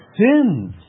sins